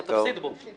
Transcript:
אתה תפסיד בו.